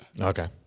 Okay